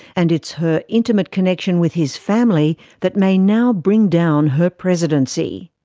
and it's her intimate connection with his family that may now bring down her presidency.